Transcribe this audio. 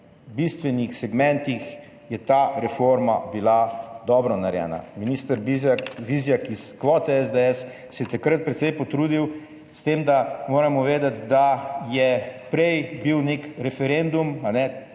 bistvenih segmentih je ta reforma bila dobro narejena. Minister Vizjak iz kvote SDS se je takrat precej potrudil, s tem, da moramo vedeti, da je prej bil nek referendum,